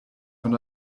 von